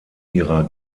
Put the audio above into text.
ihrer